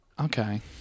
Okay